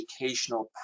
educational